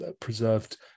preserved